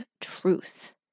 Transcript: truth